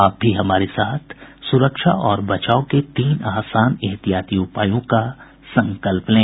आप भी हमारे साथ सुरक्षा और बचाव के तीन आसान एहतियाती उपायों का संकल्प लें